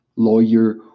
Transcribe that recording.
lawyer